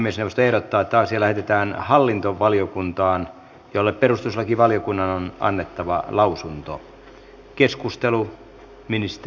puhemiesneuvosto ehdottaa että asia lähetetään hallintovaliokuntaan jolle perustuslakivaliokunnan on annettava lausunto